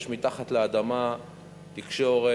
יש מתחת לאדמה תקשורת,